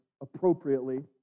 appropriately